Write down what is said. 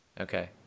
Okay